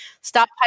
Stop